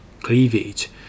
cleavage